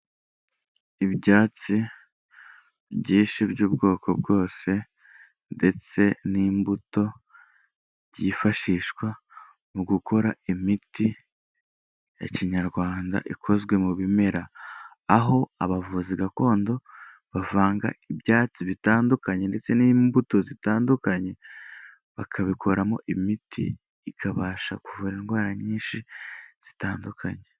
Ibyatsi byinshi by'ubwoko bwose, ndetse n'imbuto byifashishwa mu gukora imiti ya kinyarwanda ikozwe mu bimera. Aho abavuzi gakondo bavanga ibyatsi bitandukanye ndetse n'imbuto zitandukanye, bakabikoramo imiti ikabasha kuvura indwara nyinshi zitandukanye.